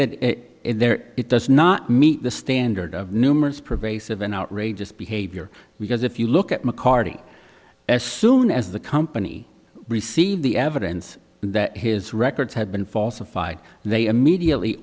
there it does not meet the standard of numerous pervasive and outrageous behavior because if you look at mccarty as soon as the company received the evidence that his records had been falsified they immediately